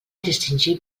distingir